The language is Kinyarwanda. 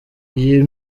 iyi